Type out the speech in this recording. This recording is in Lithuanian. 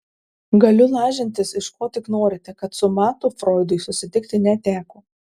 galiu lažintis iš ko tik norite kad su matu froidui susitikti neteko